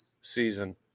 season